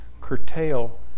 curtail